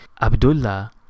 Abdullah